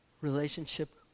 relationship